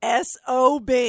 SOB